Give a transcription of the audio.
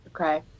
Okay